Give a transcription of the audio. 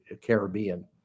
Caribbean